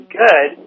good